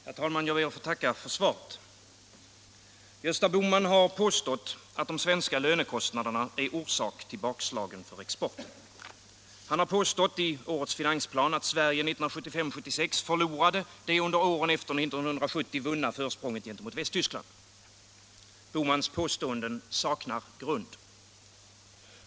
Herr talman! Jag tackar för svaret på min fråga. Gösta Bohman har påstått att de svenska lönekostnaderna är orsak till bakslagen för exporten. Han har påstått i årets finansplan att Sverige 1975-1976 förlorade det under åren efter 1970 vunna försprånget gentemot Västtyskland. Herr Bohmans påståenden saknar grund.